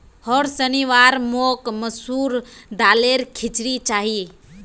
होर शनिवार मोक मसूर दालेर खिचड़ी चाहिए